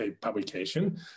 publication